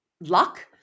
luck